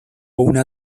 una